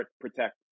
protect